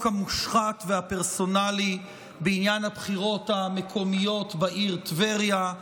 החוק המושחת והפרסונלי בעניין הבחירות המקומיות בעיר טבריה.